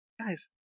guys